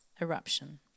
eruption